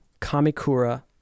Kamikura